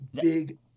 big